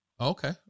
Okay